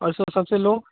और सर सबसे लो